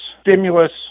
stimulus